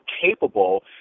capable